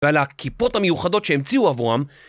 ועל הכיפות המיוחדות שהמציאו עבורם